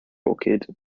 orchid